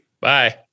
Bye